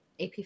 AP